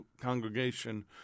congregation